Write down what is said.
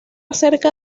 cerca